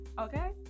Okay